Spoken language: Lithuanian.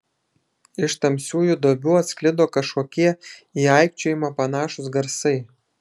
iš tamsiųjų duobių atsklido kažkokie į aikčiojimą panašūs garsai